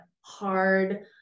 hard